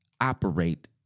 operate